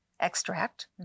extract